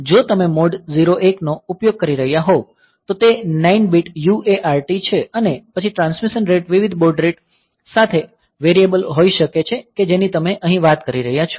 જો તમે મોડ 01 નો ઉપયોગ કરી રહ્યા હોવ તો તે 9 બીટ UART છે અને પછી ટ્રાન્સમિશન રેટ વિવિધ બોડ રેટ સાથે વેરિયેબલ હોઈ શકે છે કે જેની તમે અહીં વાત કરી રહ્યાં છો